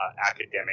academic